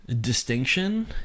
distinction